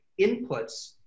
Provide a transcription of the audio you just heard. inputs